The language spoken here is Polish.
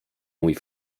mój